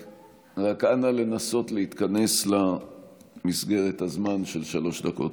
רק אנא, לנסות להתכנס למסגרת הזמן של שלוש דקות.